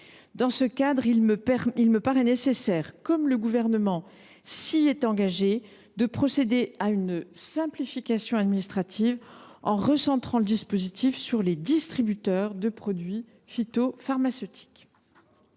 Dans ce cadre, il me paraît nécessaire, comme le Gouvernement s’y est engagé, de procéder à une simplification administrative en recentrant le dispositif sur les distributeurs de produits phytopharmaceutiques.